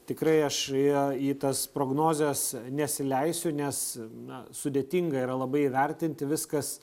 tikrai aš ją į tas prognozes nesileisiu nes na sudėtinga yra labai vertinti viskas